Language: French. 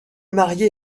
marié